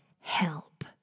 Help